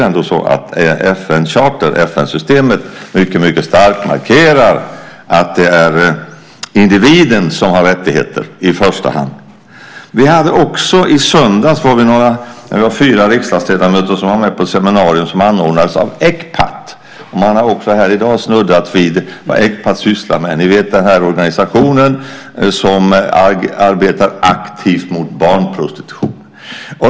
FN-stadgan och FN-systemet markerar ju ändå mycket starkt att det är individen som har rättigheter i första hand. I söndags var vi fyra riksdagsledamöter som var med på ett seminarium anordnat av Ecpat. Man har också här i dag snuddat vid vad Ecpat sysslar med - ni vet den här organisationen som arbetar aktivt mot barnprostitution.